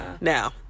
now